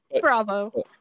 Bravo